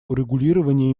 урегулировании